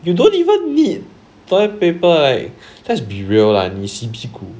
you don't even need toilet paper like let's be real lah 你洗屁股